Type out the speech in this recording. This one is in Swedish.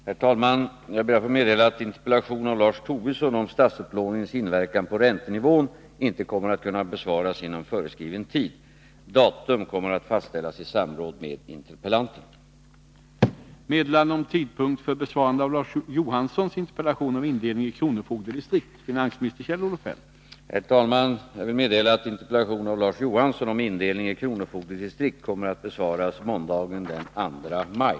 Herr talman! Jag ber att få meddela att interpellationen av Lars Tobisson om statsupplåningens inverkan på räntenivån inte kommer att besvaras inom föreskriven tid. Datum för besvarande kommer att fastställas i samråd med interpellanten. Jag vill också meddela att interpellationen av Larz Johansson om indelningen i kronofogdedistrikt kommer att besvaras måndagen den 2 maj.